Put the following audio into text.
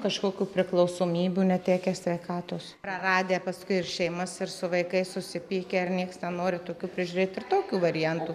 kažkokių priklausomybių netekę sveikatos praradę paskui ir šeimas ir su vaikais susipykę ir nieks nenori tokių prižiūrėt ir tokių variantų